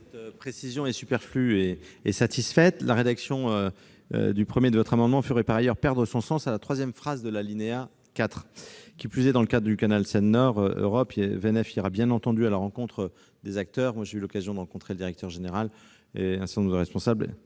Cette précision est superflue et satisfaite. La rédaction du 1° de votre amendement ferait par ailleurs perdre son sens à la troisième phrase de l'alinéa 4 de l'article 37. Qui plus est, dans le cadre du canal Seine-Nord Europe, VNF ira bien entendu à la rencontre des acteurs. J'ai eu l'occasion de rencontrer le directeur général de l'établissement et un certain nombre de responsables,